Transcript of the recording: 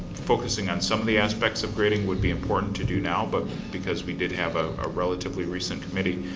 focusing on some of the aspects of grading would be important to do now, but because we did have a relatively recent committee,